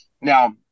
Now